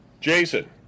Jason